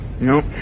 No